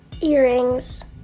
earrings